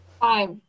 Five